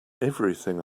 everything